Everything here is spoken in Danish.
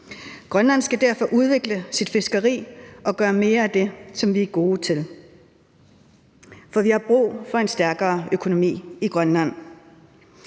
Grønland skal derfor udvikle sit fiskeri og gøre mere af det, som vi er gode til, for vi har brug for en stærkere økonomi i Grønland.